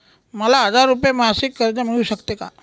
मला हजार रुपये मासिक कर्ज मिळू शकते का?